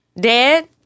dead